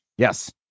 Yes